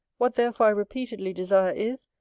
what therefore i repeatedly desire is,